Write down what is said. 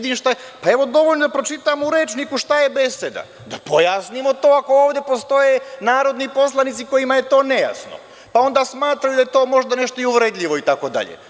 Dovoljno je da pročitam u rečniku šta je beseda, da pojasnimo to ako ovde postoje narodni poslanici kojima je to nejasno, pa onda smatraju da je to možda nešto uvredljivo itd.